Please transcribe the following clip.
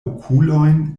okulojn